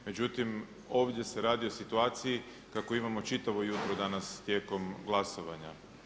Međutim, ovdje se radi o situaciju kako imamo čitavo jutro danas tijekom glasovanja.